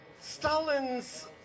Stalin's